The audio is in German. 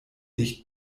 dicht